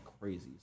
crazy